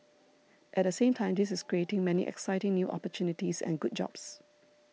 at the same time this is creating many exciting new opportunities and good jobs